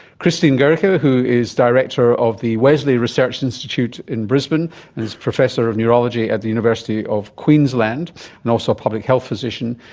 christian gericke, who who is director of the wesley research institute in brisbane and is professor of neurology at the university of queensland and also a public health physician.